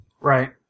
right